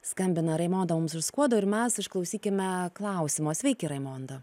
skambina raimonda mums ir skuodo ir mes išklausykime klausimo sveiki raimonda